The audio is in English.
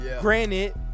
granted